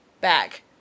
back